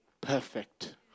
perfect